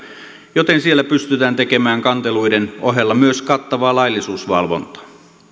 joten siellä pystytään tekemään kanteluiden ohella myös kattavaa laillisuusvalvontaa